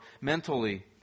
mentally